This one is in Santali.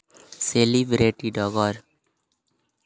ᱥᱮᱞᱤᱵᱨᱤᱴᱤ ᱰᱚᱜᱚᱨ